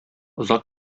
озак